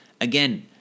again